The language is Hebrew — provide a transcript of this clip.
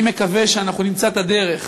אני מקווה שאנחנו נמצא את הדרך,